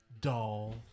doll